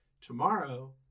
Tomorrow